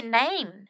name